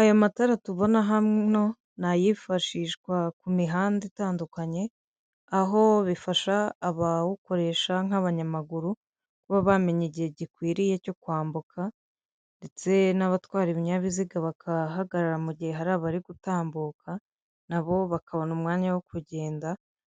Aya matara tubona hano ni ayifashishwa ku mihanda itandukanye, aho bifasha abawukoresha nk'abanyamaguru kuba bamenye igihe gikwiriye cyo kwambuka, ndetse n'abatwara ibinyabiziga bakahagarara mu gihe hari abari gutambuka, nabo bakabona umwanya wo kugenda